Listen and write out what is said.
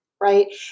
Right